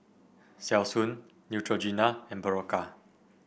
Selsun Neutrogena and Berocca